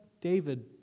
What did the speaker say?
David